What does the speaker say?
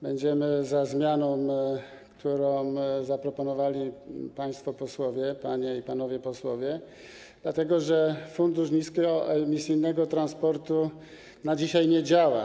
Będziemy za zmianą, którą zaproponowali państwo posłowie, panie i panowie posłowie, dlatego że Fundusz Niskoemisyjnego Transportu dzisiaj nie działa.